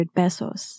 pesos